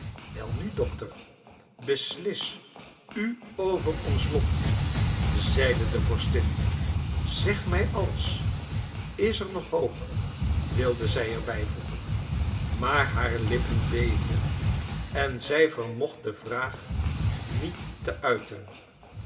welnu dokter beslis u over ons lot zeide de vorstin zeg mij alles is er nog hoop wilde zij er bijvoegen maar haar lippen beefden en zij vermocht de vraag niet te uiten